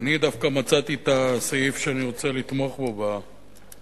אני דווקא מצאתי את הסעיף שאני רוצה לתמוך בו בחוק.